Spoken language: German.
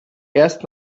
erst